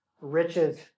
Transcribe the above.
riches